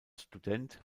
student